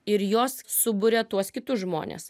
ir jos suburia tuos kitus žmones